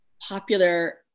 popular